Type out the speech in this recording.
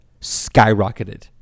skyrocketed